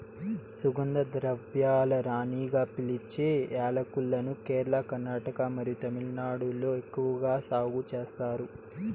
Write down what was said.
సుగంధ ద్రవ్యాల రాణిగా పిలిచే యాలక్కులను కేరళ, కర్ణాటక మరియు తమిళనాడులో ఎక్కువగా సాగు చేస్తారు